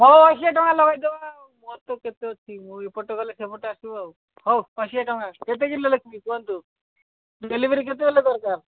ହଉ ଅଶୀ ଟଙ୍କା ଲଗେଇଦେବା ମୋର ତ କେତେ ଅଛି ମୋର ଏପଟେ ଗଲେ ସେପଟେ ଆସିବ ଆଉ ହଉ ଅଶୀ ଏ ଟଙ୍କା କେତେ କିଲୋ ଲେଖିବି କୁହନ୍ତୁ ଡେଲିଭରି କେତେ ବେଲେ ଦରକାର